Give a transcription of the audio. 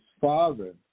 father